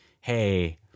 hey